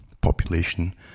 population